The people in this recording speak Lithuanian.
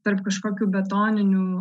tarp kažkokių betoninių